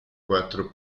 quattro